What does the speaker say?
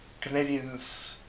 Canadians